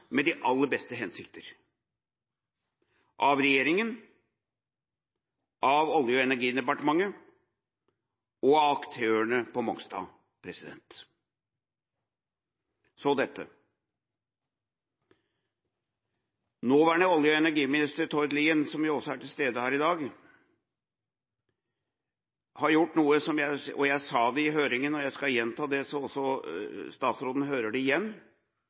med de aller beste hensikter av regjeringa, Olje- og energidepartementet og aktørene på Mongstad. Nåværende olje- og energiminister, Tord Lien, som er til stede her i dag – jeg sa dette i høringa, og jeg vil gjenta det her, slik at statsråden får høre det igjen